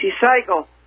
cycle